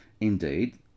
Indeed